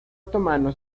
otomano